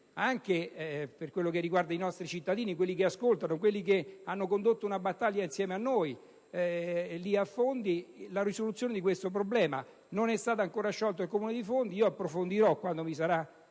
ottenere, anche per i nostri cittadini, quelli che ascoltano e che hanno condotto una battaglia insieme a noi a Fondi, la soluzione di questo problema. Non è stato ancora sciolto il Comune di Fondi: approfondirò quando ve ne sarà